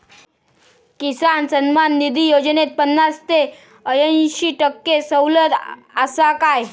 किसान सन्मान निधी योजनेत पन्नास ते अंयशी टक्के सवलत आसा काय?